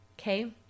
okay